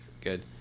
good